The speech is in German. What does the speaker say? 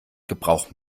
gebrauch